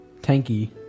tanky